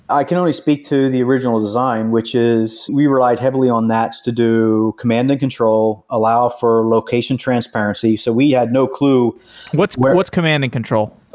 i can only speak to the original design, which is we relied heavily on nats to do command and control, allow for location transparency. so we had no clue what's what's command and control?